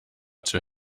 too